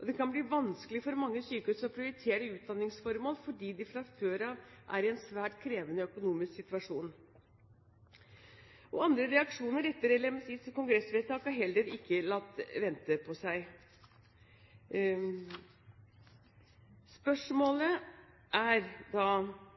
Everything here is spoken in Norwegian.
og det kan bli vanskelig for mange sykehus å prioritere utdanningsformål fordi de fra før av er i en svært krevende økonomisk situasjon. Andre reaksjoner etter legemiddelindustriens kongressvedtak har heller ikke latt vente på seg. Kvaliteten på de tjenestene som tilbys, er